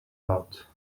out